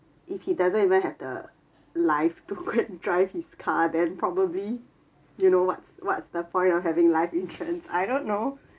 if he doesn't even have the life to go and drive his car then probably you know what's what's the point of having life insurance I don't know